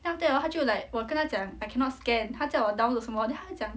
then after that hor 他就 like 我跟他讲 I cannot scan 他叫我 download 什么 then 他就讲